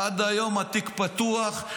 עד היום התיק פתוח?